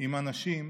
עם אנשים